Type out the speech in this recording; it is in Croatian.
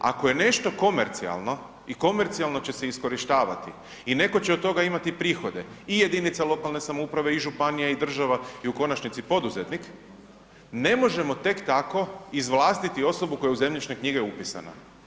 Ako je nešto komercijalno i komercijalno će se iskorištavati i netko će od toga imati prihode, i jedinice lokalne samouprave i županije i država i u konačnici i poduzetnik, ne možemo tek tako izvlastiti osobu koja je u zemljišne knjige upisana.